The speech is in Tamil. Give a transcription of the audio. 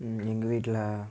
இங்கே எங்கள் வீட்டில்